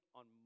on